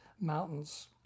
mountains